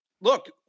Look